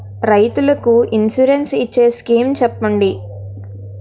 రైతులు కి ఇన్సురెన్స్ ఇచ్చే స్కీమ్స్ చెప్పండి?